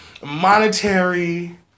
monetary